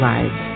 Lives